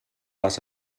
les